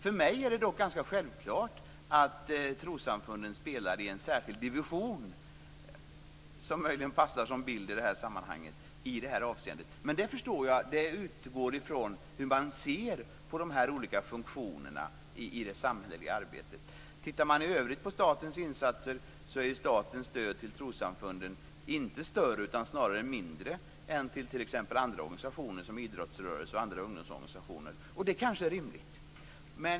För mig är det dock ganska självklart att trossamfunden spelar i en särskild division - som möjligen passar som bild i det här sammanhanget - i det här avseendet. Jag förstår att utgångspunkten är hur man ser på de olika funktionerna i det samhälleliga arbetet. När det gäller statens insatser i övrigt är statens stöd till trossamfunden inte större utan snarare mindre än till andra organisationer som idrottsrörelser och andra sådana organisationer. Det är kanske rimligt.